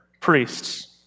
priests